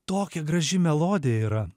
tokia graži melodija yra